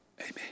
Amen